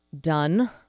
done